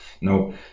no